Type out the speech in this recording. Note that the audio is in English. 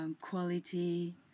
quality